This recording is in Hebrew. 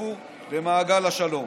יצטרפו למעגל השלום.